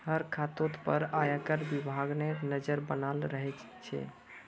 हर खातातोत पर आयकर विभागेर नज़र बनाल रह छे